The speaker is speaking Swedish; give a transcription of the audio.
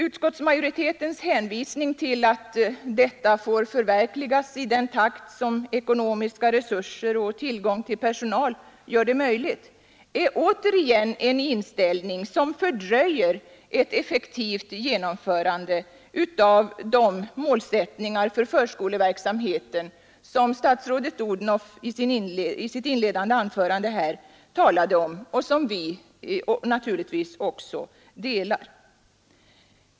Utskottsmajoritetens hänvisning till att detta får förverkligas i den takt som ekonomiska resurser och tillgång till personal gör det möjligt är återigen en inställning som fördröjer ett effektivt genomförande av de målsättningar för förskoleverksamheten som statsrådet Odhnoff i sitt inledningsanförande här talade om och som vi naturligtvis också delar.